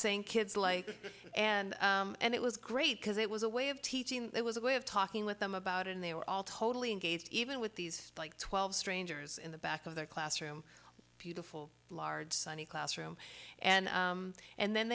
saying kids like and and it was great because it was a way of teaching it was a way of talking with them about and they were all totally engaged even with these like twelve strangers in the back of their classroom large sunny classroom and and then